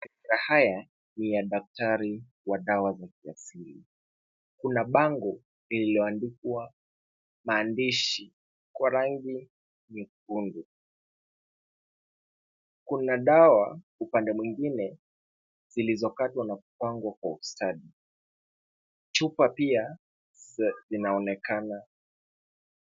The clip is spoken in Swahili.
Mazingira haya ni ya daktari wa dawa za kiasili. Kuna bango lililoandikwa maandishi kwa rangi nyekundu. Kuna dawa upande mwingine zilizokatwa na kupangwa kwa ustadi. Chupa pia zinaonekana.